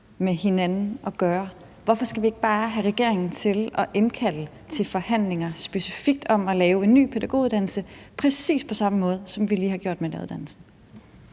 med hinanden at gøre. Hvorfor skal vi ikke bare have regeringen til at indkalde til forhandlinger specifikt om at lave en ny pædagoguddannelse præcis på samme måde, som vi lige har gjort med læreruddannelsen?